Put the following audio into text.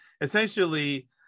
essentially